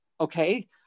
okay